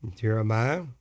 Jeremiah